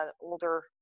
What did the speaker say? older